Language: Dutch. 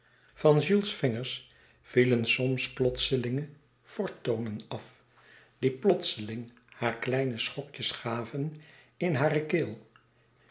van jules vingers vielen soms plotselinge forto toonen af die plotseling haar kleine schokjes gaven in hare keel